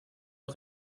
att